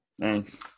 Thanks